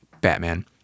batman